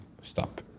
stop